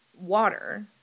water